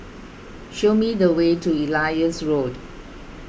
show me the way to Elias Road